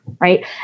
right